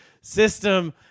system